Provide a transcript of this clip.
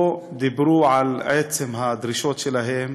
לא דיברו על עצם הדרישות שלהם